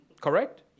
Correct